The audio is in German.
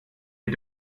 mit